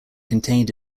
contained